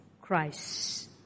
Christ